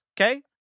okay